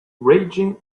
raging